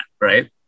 right